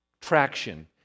traction